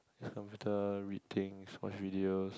computer read things watch videos